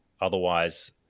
otherwise